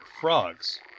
frogs